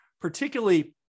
particularly